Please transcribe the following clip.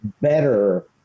better